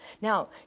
Now